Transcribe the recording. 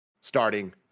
starting